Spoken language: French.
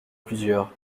plusieurs